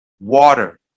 water